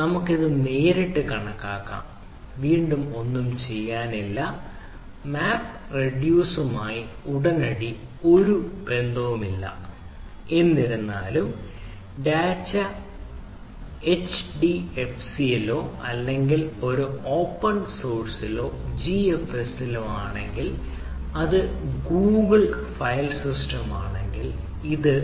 നമുക്ക് ഇത് നേരിട്ട് കണക്കാക്കാം വീണ്ടും ഒന്നും ചെയ്യാനില്ല മാപ്പ് റെഡ്യൂസുമായി ഉടനടി ഒരു ബന്ധവുമില്ല എന്നിരുന്നാലും ഡാറ്റ എച്ച്ഡിഎഫ്എസിലോ അല്ലെങ്കിൽ ഒരു ഓപ്പൺ സോഴ്സിലോ ജിഎഫ്എസിലോ ആണെങ്കിൽ അത് ഗൂഗിൾ ഫയൽ സിസ്റ്റമാണെങ്കിൽ ഇത്